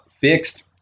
fixed